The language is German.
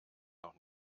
noch